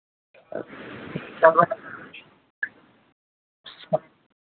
दबाइ अच्छा